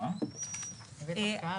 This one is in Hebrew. היה בצחוק.